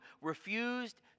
refused